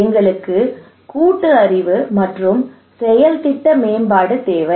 எங்களுக்கு கூட்டு அறிவு மற்றும் செயல் திட்ட மேம்பாடு தேவை